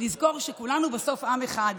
לזכור שכולנו בסוף עם אחד,